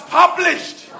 published